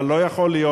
אבל לא יכול להיות,